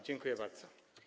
Dziękuję bardzo.